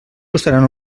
costaran